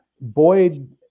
Boyd